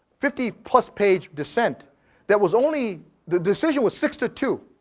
fifty plus page dissent that was only, the decision was six to two,